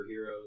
superheroes